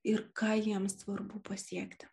ir ką jiems svarbu pasiekti